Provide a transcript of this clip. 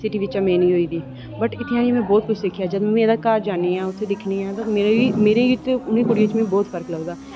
city बिच्चा मेन but इत्थै आइयै बहुत किश सिक्खेआ में जिसलै घर जन्नी आं मेरे च ते उ'नें कुड़ियें च मी बहुत फर्क लगदा